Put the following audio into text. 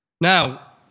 Now